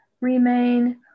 Remain